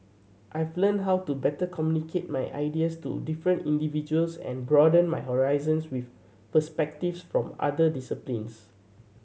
I've learnt how to better communicate my ideas to different individuals and broaden my horizons with perspectives from other disciplines